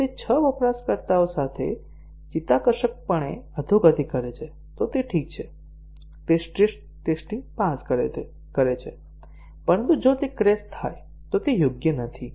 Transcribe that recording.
જો તે 6 વપરાશકર્તાઓ સાથે ચિત્તાકર્ષકપણે અધોગતિ કરે છે તો તે ઠીક છે તે સ્ટ્રેસ ટેસ્ટીંગ પાસ કરે છે પરંતુ જો તે ક્રેશ થાય તો તે યોગ્ય નથી